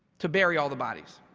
to bury all the bodies.